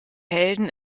helden